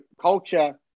culture